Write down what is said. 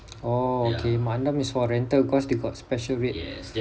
oh okay mak andam is for rental cause they got special rate